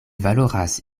valoras